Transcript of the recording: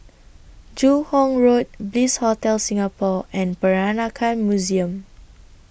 Joo Hong Road Bliss Hotel Singapore and Peranakan Museum